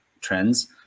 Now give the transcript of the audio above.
trends